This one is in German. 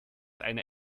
einer